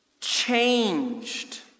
changed